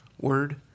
word